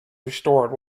restored